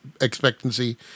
expectancy